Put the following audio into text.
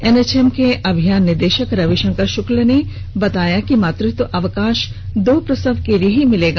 N H M के अभियान निदेशक रवि शंकर शुक्ला ने इस बताया कि मातृत्व अवकाश दो प्रसव के लिए ही मिलेगा